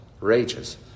rages